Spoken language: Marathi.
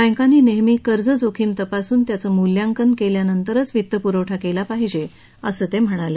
बँकांनी नेहमी कर्ज जोखीम तपासून त्याचं मूल्यांकन केल्यानंतरच वित्तपुरवठा केला पाहिजे असं त्यांनी सांगितलं